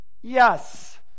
yes